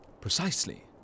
Precisely